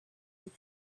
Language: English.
with